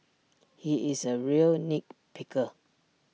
he is A real nit picker